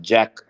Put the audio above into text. Jack